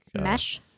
Mesh